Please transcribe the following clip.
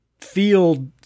field